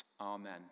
Amen